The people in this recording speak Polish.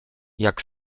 jak